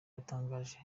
yatangaje